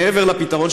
מעבר לפתרון,